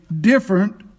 different